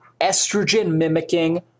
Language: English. estrogen-mimicking